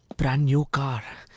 brand new car.